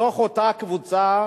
מתוך אותה קבוצה,